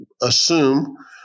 assume